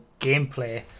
gameplay